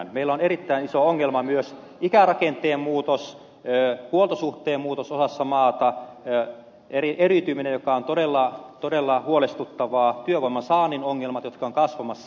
meillä ovat erittäin isoja ongelmia myös ikärakenteen muutos huoltosuhteen muutos osassa maata eriytyminen joka on todella huolestuttavaa työvoiman saannin ongelmat jotka ovat kasvamassa